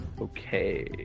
Okay